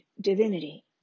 divinity